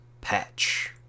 Patch